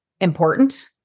important